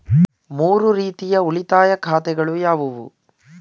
ಮೂರು ರೀತಿಯ ಉಳಿತಾಯ ಖಾತೆಗಳು ಯಾವುವು?